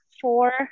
four